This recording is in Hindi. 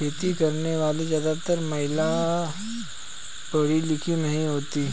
खेती करने वाली ज्यादातर महिला पढ़ी लिखी नहीं होती